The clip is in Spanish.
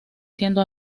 siendo